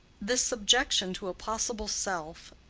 this subjection to a possible self,